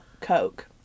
Coke